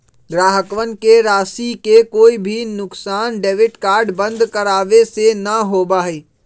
ग्राहकवन के राशि के कोई भी नुकसान डेबिट कार्ड बंद करावे से ना होबा हई